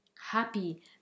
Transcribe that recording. happy